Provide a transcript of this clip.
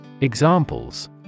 Examples